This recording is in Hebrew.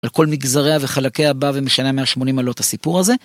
על כל נגזריה וחלקיה בא ומשנה מאה שמונים מעלות את הסיפור הזה.